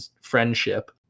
friendship